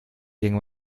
gegen